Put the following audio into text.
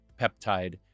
peptide